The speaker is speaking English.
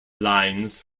lines